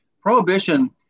Prohibition